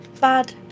Bad